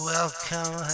Welcome